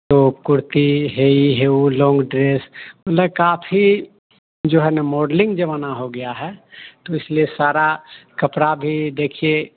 कुर्ती हेइ हउ long dress न काफी जो है न मॉडलिंग ज़माना हो गया है तो इसलिए सारा कपड़ा भी देखिए